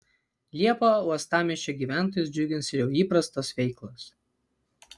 liepą uostamiesčio gyventojus džiugins ir jau įprastos veiklos